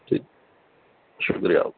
جی شُکریہ آپ